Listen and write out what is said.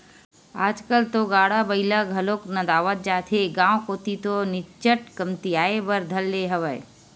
आजकल तो गाड़ा बइला घलोक नंदावत जात हे गांव कोती तो निच्चट कमतियाये बर धर ले हवय